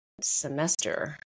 semester